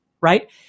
right